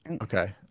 Okay